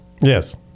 yes